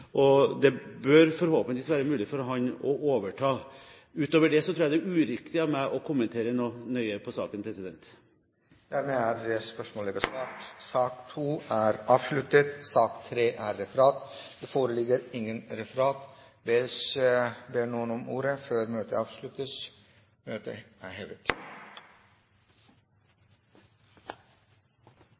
Det bør forhåpentligvis være mulig for ham å overta. Utover det tror jeg det er uriktig av meg å kommentere noe mer i saken. Spørsmål 8 er allerede besvart. Dermed er sak nr. 2 ferdigbehandlet. Det forligger ikke noe referat. Ber noen om ordet før møtet heves? – Møtet er hevet.